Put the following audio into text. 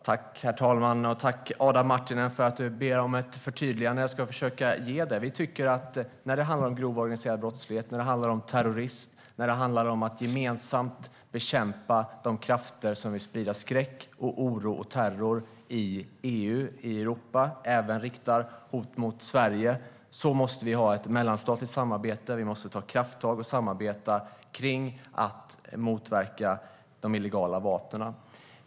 Herr talman! Tack, Adam Marttinen, för att du ber om ett förtydligande. Jag ska försöka att ge det. När det handlar om grov organiserad brottlighet, terrorism och att gemensamt bekämpa de krafter som vill sprida skräck, oro och terror i EU och Europa och även riktar hot mot Sverige måste vi ha ett mellanstatligt samarbete. Vi måste ta krafttag och samarbeta för att motverka de illegala vapnen.